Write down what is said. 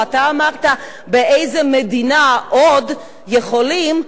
אתה אמרת: באיזה מדינה עוד יכולים,